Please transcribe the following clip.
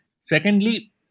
Secondly